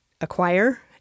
acquire –